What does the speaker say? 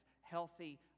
healthy